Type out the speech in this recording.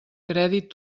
crèdit